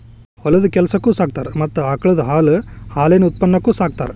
ಹೊಲದ ಕೆಲಸಕ್ಕು ಸಾಕತಾರ ಮತ್ತ ಆಕಳದ ಹಾಲು ಹಾಲಿನ ಉತ್ಪನ್ನಕ್ಕು ಸಾಕತಾರ